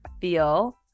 feel